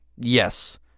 Yes